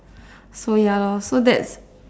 so ya so that's